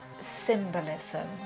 symbolism